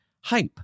hype